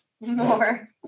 more